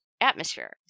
atmosphere